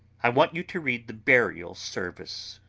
i want you to read the burial service.